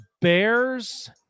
Bears